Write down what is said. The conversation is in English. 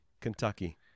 Kentucky